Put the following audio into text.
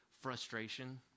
frustration